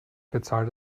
bezahle